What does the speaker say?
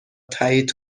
تایید